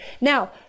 now